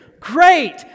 Great